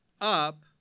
up